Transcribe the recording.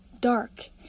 dark